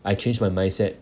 I change my mindset